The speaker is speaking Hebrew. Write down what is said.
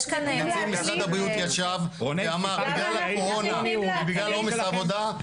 משרד הבריאות ישב ואמר בגלל הקורונה ובגלל עומס העבודה.